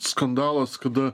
skandalas kada